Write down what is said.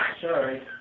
Sorry